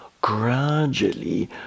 gradually